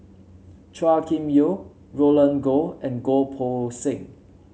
Chua Kim Yeow Roland Goh and Goh Poh Seng